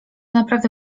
naprawdę